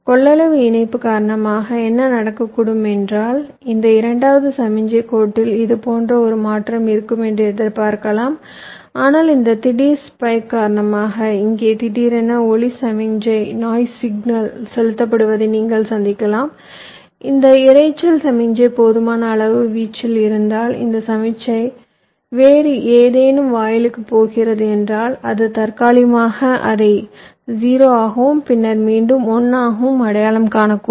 கொள்ளளவு இணைப்பு காரணமாக என்ன நடக்கக்கூடும் என்றால் இந்த இரண்டாவது சமிக்ஞை கோட்டில் இது போன்ற ஒரு மாற்றம் இருக்கும் என்று எதிர்பார்க்கலாம் ஆனால் இந்த திடீர் ஸ்பைக் காரணமாக இங்கே திடீரென ஒலி சமிக்ஞை செலுத்தப்படுவதை நீங்கள் சந்திக்கலாம் இந்த இரைச்சல் சமிக்ஞை போதுமான அளவு வீச்சில் இருந்தால் இந்த சமிக்ஞை வேறு ஏதேனும் வாயிலுக்கு போகிறது என்றால் அது தற்காலிகமாக அதை 0 ஆகவும் பின்னர் மீண்டும் 1 ஆகவும் அடையாளம் காணக்கூடும்